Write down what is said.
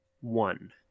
One